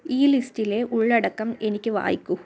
ഈ ലിസ്റ്റിലെ ഉള്ളടക്കം എനിക്ക് വായിക്കൂ